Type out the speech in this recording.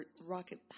rocket